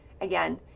again